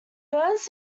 burns